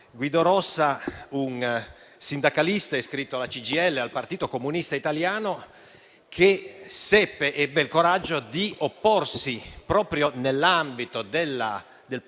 Guido Rossa fu un sindacalista, iscritto alla CGIL e al Partito Comunista Italiano, che ebbe il coraggio di opporsi, proprio nell'ambito di quello